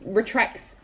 retracts